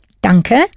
danke